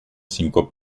cinco